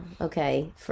okay